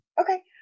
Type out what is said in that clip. Okay